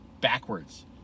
backwards